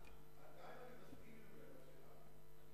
גם אם אני מסכים עם העמדה שלך,